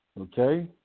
Okay